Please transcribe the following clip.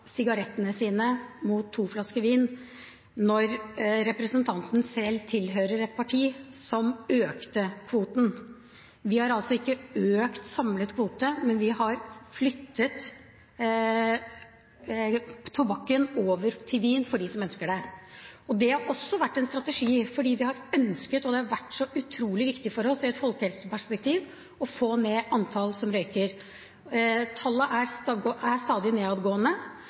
sigarettene sine mot to flasker vin, når representanten selv tilhører et parti som økte kvoten. Vi har altså ikke økt samlet kvote, men vi har flyttet tobakken over til vin for dem som ønsker det. Det har også vært en strategi, fordi vi har ønsket å få ned antallet som røyker – det har vært så utrolig viktig for oss i et folkehelseperspektiv. Tallet er stadig nedadgående, men det er